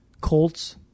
Colts